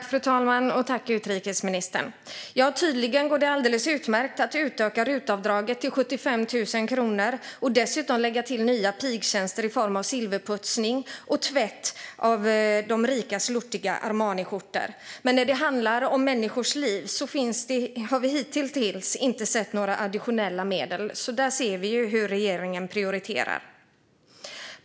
Fru talman! Tydligen går det alldeles utmärkt att utöka RUT-avdraget till 75 000 kronor och dessutom lägga till nya pigtjänster i form av silverputsning och att någon annan ska tvätta de rikas lortiga Armaniskjortor. Men när det handlar om människors liv har vi hittills inte sett några additionella medel. Där ser vi hur regeringen prioriterar.